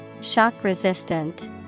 Shock-resistant